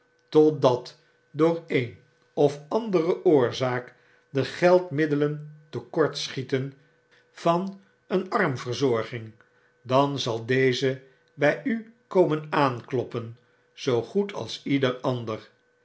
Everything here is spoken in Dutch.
totdat door een of andere oorzaak de geldmiddelen te kort schieten van een armverzorging dan zal deze by u komen aankloppen zoogoed als ieder ander